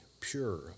pure